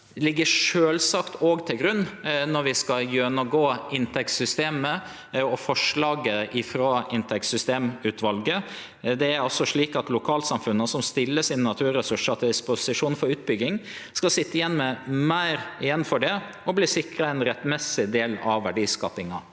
ligg sjølvsagt òg til grunn når vi skal gjennomgå inntektssystemet og forslaget frå inntektssystemutvalet. Lokalsamfunna som stiller sine naturressursar til disposisjon for utbygging, skal sitje igjen med meir for det og verte sikra ein rettmessig del av verdiskapinga.